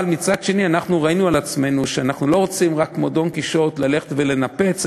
אבל מצד שני ראינו שאנחנו לא רוצים כמו דון קישוט רק ללכת ולנפץ,